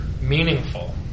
meaningful